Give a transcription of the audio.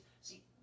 see